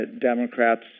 Democrats